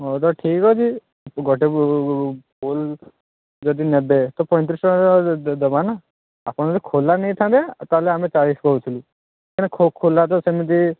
ହେଉ ତ ଠିକ୍ଅଛି ଗୋଟେ ଫୁଲ୍ ଯଦି ନେବେ ତ ପଇଁତିରିଶ ଟଙ୍କାରେ ଦେବା ନା ଆପଣ ଯଦି ଖୋଲା ନେଇଥାନ୍ତେ ତାହେଲେ ଆମେ ଚାଳିଶ କହୁଥିଲୁ ହେଲେ ଖୋଲା ତ ସେମିତି